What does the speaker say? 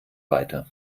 weiter